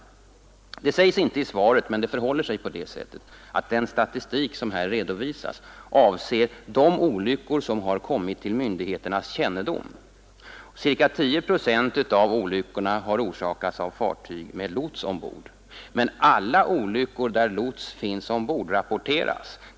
Det sägs inte i svaret, men det förhåller sig på det sättet, att den statistik som här redovisas avser de olyckor som har kommit till myndigheternas kännedom. Cirka 10 procent av olyckorna har orsakats av fartyg med lots ombord. Alla olyckor där lots finns ombord rapporteras.